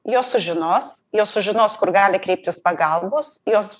jos sužinos jos sužinos kur gali kreiptis pagalbos jos